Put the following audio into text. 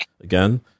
again